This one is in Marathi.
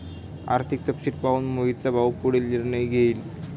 आर्थिक तपशील पाहून मोहितचा भाऊ पुढील निर्णय घेईल